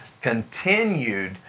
continued